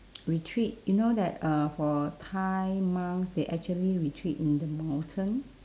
retreat you know that uh for thai monks they actually retreat in the mountain